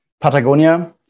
Patagonia